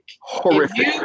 Horrific